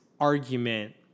argument